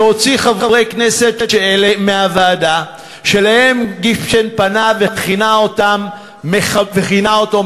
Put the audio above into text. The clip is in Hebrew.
שהוציא חבר כנסת מהוועדה שאליו גופשטיין פנה וכינה אותו "מחבל".